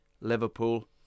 Liverpool